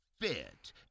fit